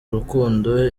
urukundo